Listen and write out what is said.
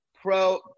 pro